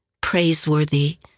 praiseworthy